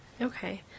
Okay